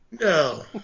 No